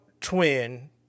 twin